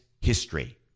history